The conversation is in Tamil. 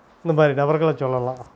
இந்த மாதிரி நபர்களை சொல்லலாம்